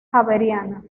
javeriana